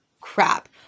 crap